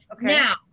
Now